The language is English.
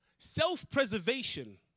Self-preservation